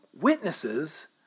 witnesses